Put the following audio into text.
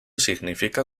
significa